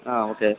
ಹಾಂ ಓಕೆ